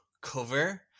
cover